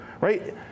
right